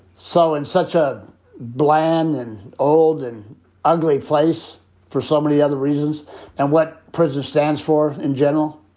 so in such a bland and old and ugly place for so many other reasons and what prison stands for in general,